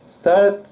start